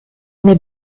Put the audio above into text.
nei